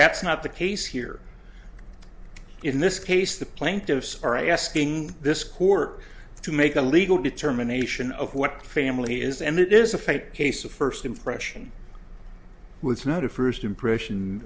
that's not the case here in this case the plaintiffs are asking this court to make a legal determination of what family is and it is a fake case of first impression with not a first impression